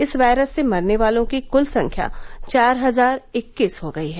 इस वायरस से मरने वालों की क्ल संख्या चार हजार इक्कीस हो गई है